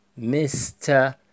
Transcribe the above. Mr